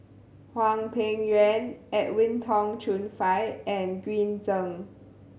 Hwang Peng Yuan Edwin Tong Chun Fai and Green Zeng